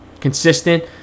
consistent